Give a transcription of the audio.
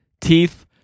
Teeth